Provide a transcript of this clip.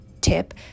tip